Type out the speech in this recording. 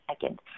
second